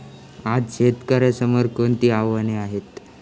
आज शेतकऱ्यांसमोर कोणती आव्हाने आहेत?